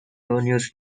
revenues